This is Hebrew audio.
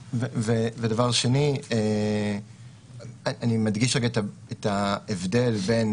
דבר שני אני מדגיש את ההבדל בין